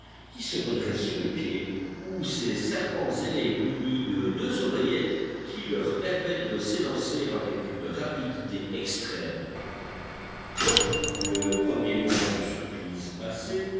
qui se redressent sous le pied ou ces serpents ailés munis de deux oreillettes qui leur permettent de s'élancer avec une rapidité extrême top le premier moment de surprise passé